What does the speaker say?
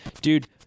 Dude